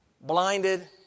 blinded